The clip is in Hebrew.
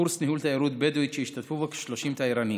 קורס ניהול תיירות בדואית שהשתתפו בו כ-30 תיירנים,